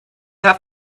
have